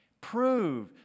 Prove